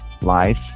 Life